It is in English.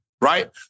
right